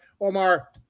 Omar